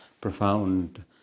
profound